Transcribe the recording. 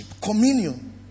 communion